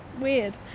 Weird